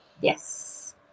yes